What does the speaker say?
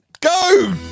Go